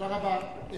תודה רבה.